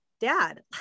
dad